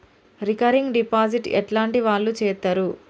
Recurring deposit ఎట్లాంటి వాళ్లు చేత్తరు?